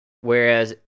whereas